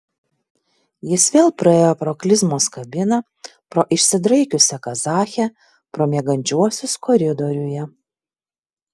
jis vėl praėjo pro klizmos kabiną pro išsidraikiusią kazachę pro miegančiuosius koridoriuje